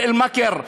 באל-מאכר,